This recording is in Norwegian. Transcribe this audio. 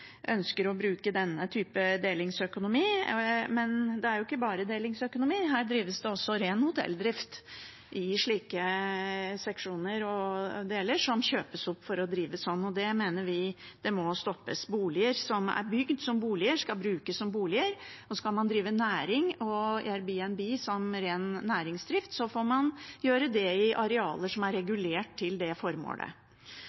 ønsker å bruke denne typen delingsøkonomi. Men det er ikke bare delingsøkonomi, her drives det også ren hotelldrift, i seksjoner og deler som kjøpes opp for å drives sånn, og det mener vi må stoppes. Boliger som er bygd som boliger, skal brukes som boliger. Skal man drive næring og Airbnb som ren næringsdrift, får man gjøre det i arealer som er